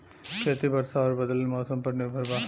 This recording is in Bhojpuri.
खेती वर्षा और बदलत मौसम पर निर्भर बा